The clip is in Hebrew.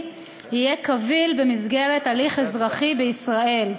יהיה קביל במסגרת הליך אזרחי בישראל.